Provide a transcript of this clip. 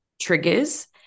triggers